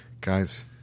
guys